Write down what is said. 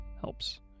helps